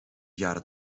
jaren